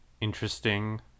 interesting